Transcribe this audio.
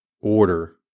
order